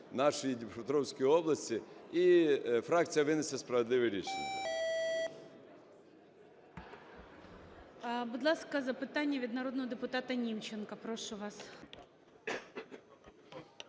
нашої Дніпропетровської області, і фракція винесе справедливе рішення.